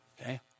Okay